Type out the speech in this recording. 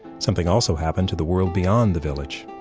something also happened to the world beyond the village.